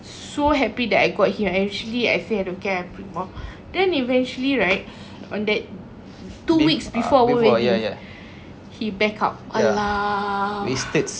so happy that I got here eventually I feel I don't care anymore then eventually right on that two weeks before our wedding he back out !alah!